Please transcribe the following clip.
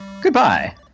Goodbye